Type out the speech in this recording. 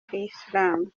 kiyisilamu